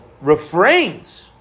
refrains